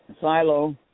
Silo